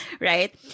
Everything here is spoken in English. Right